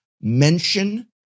mention